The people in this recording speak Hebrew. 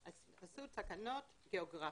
עשו תקנות גיאוגרפיות.